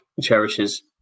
cherishes